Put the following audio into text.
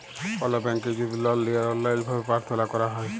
call ব্যাংকে যদি লল লিয়ার অললাইল ভাবে পার্থলা ক্যরা হ্যয়